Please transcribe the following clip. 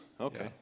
Okay